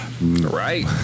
Right